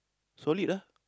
solid ah